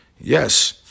Yes